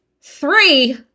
Three